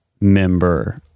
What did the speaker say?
member